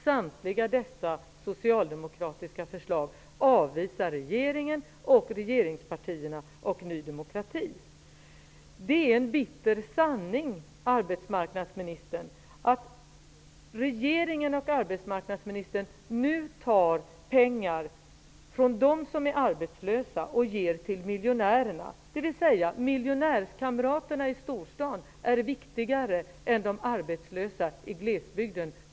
Samtliga dessa socialdemokratiska förslag avvisar regeringen, regeringspartierna och Ny demokrati. Det är en bitter sanning, arbetsmarknadsministern, att regeringen och arbetsmarknadsministern nu tar pengar från dem som är arbetslösa och ger till miljonärerna, dvs. miljonärskamraterna i storstan är viktigare än de arbetslösa i glesbygden.